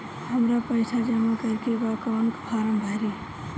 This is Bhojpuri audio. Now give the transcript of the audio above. हमरा पइसा जमा करेके बा कवन फारम भरी?